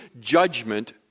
judgment